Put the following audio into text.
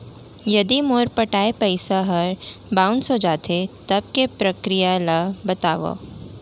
यदि मोर पटाय पइसा ह बाउंस हो जाथे, तब के प्रक्रिया ला बतावव